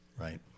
right